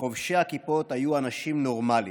וחובשי הכיפות היו אנשים נורמליים,